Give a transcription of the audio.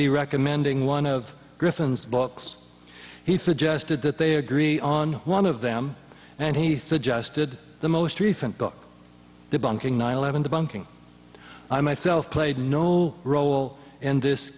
be recommending one of griffin's books he suggested that they agree on one of them and he suggested the most recent book debunking nine eleven debunking i myself played no role in this